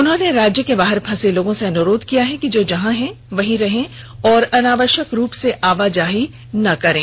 उन्होंने राज्य के बाहर फंसे लोगों से अनुरोध करते हुए कहा है कि जो जहां है वे वहीं रहें और अनावष्यक रूप से आवाजाही न करें